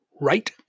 right